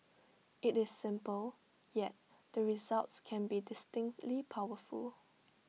IT is simple yet the results can be distinctly powerful